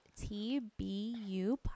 TBU